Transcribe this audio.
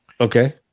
Okay